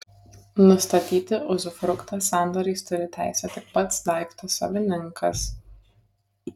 nustatyti uzufruktą sandoriais turi teisę tik pats daikto savininkas